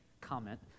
comment